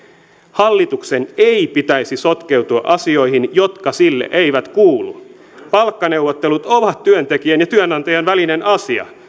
hallituksen ei pitäisi sotkeutua asioihin jotka sille eivät kuulu palkkaneuvottelut ovat työntekijän ja työnantajan välinen asia